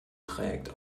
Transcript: trägt